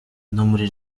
muri